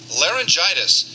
laryngitis